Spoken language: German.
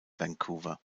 vancouver